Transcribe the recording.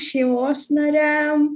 šeimos nariam